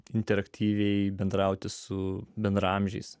interaktyviai bendrauti su bendraamžiais